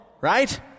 right